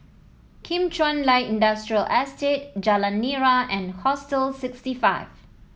Kim Chuan Light Industrial Estate Jalan Nira and Hostel sixty five